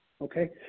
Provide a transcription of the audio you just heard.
okay